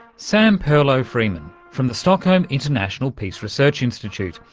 sam perlo-freeman from the stockholm international peace research institute,